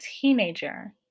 teenager